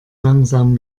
langsam